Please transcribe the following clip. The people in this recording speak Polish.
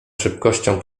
szybkością